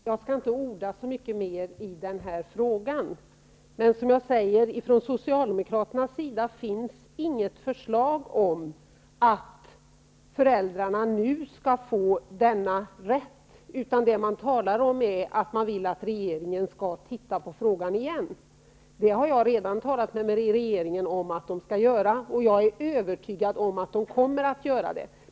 Herr talman! Jag skall inte orda så mycket mer i den här frågan. Socialdemokraterna har som sagt inte något förslag om att föräldrarna nu skall få denna rätt, utan det man talar om är att man vill att regeringen på nytt skall titta på frågan. Det har jag redan talat med regeringen om att man skall göra, och jag är övertygad om att man kommer att göra det.